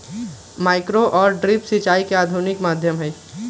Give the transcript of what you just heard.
micro और drip सिंचाई के आधुनिक माध्यम हई